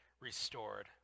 restored